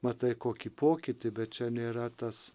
matai kokį pokytį bet čia nėra tas